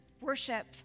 worship